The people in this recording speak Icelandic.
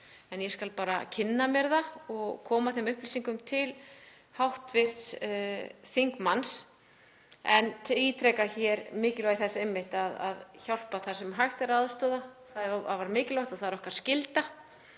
En ég skal bara kynna mér það og koma þeim upplýsingum til hv. þingmanns. Ég ítreka hér mikilvægi þess að hjálpa þar sem hægt er að aðstoða, það er afar mikilvægt og það er okkar skylda